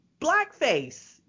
blackface